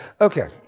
Okay